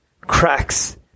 cracks